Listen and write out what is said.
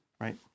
right